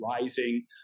rising